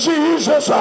Jesus